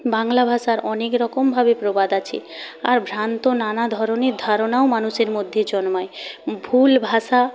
বাংলা ভাষার অনেক রকমভাবে প্রবাদ আছে আর ভ্রান্ত নানা ধরনের ধারণাও মানুষের মধ্যে জন্মায় ভুল ভাষা